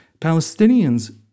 Palestinians